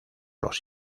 los